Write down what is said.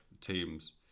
teams